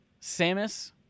Samus